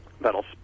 that'll